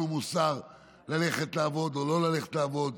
מוסר על ללכת לעבוד או לא ללכת לעבוד.